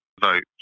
vote